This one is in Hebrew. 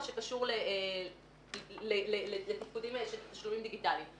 שקשור לתפקודים של תשלומים דיגיטליים.